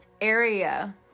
area